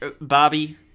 Bobby